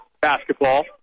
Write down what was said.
basketball